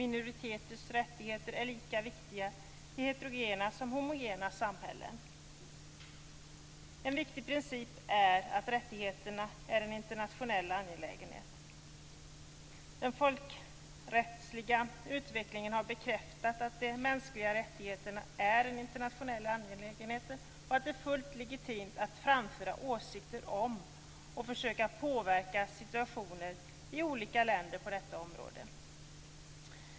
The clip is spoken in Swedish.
Minoriteters rättigheter är lika viktiga i såväl heterogena som homogena samhällen. En viktig princip är att rättigheterna är en internationell angelägenhet. Den folkrättsliga utvecklingen har bekräftat att de mänskliga rättigheterna är en internationell angelägenhet och att det är fullt legitimt att framföra åsikter om och försöka påverka situationen i olika länder på detta område.